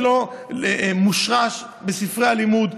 זה לא מושרש בספרי הלימוד,